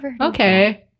Okay